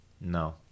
No